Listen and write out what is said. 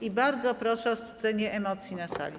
I bardzo proszę o ostudzenie emocji na sali.